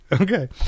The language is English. Okay